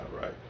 Right